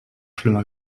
schlimmer